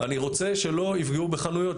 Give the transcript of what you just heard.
אני רוצה שלא יפגעו בחנויות,